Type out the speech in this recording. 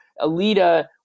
Alita